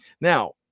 Now